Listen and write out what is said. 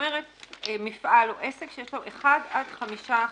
כלומר מפעל או עסק שיש לו 1 עד 5 משאיות.